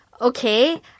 okay